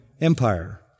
Empire